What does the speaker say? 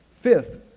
Fifth